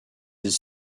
his